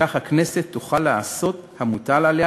ובכך הכנסת תוכל לעשות את המוטל עליה,